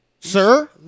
Sir